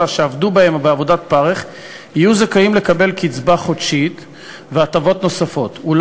תום שלוש שנים מסוף חודש אירוע הפטירה.